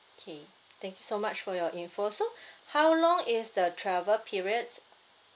K thank you so much for your info so how long is the travel periods